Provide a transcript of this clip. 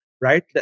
right